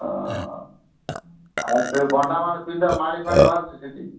ଆଉ ସେ ବଣ୍ଡା ମାନେ ପିନ୍ଧା ମାଳିଫାଳି ବାହାରୁଛି ସେଠି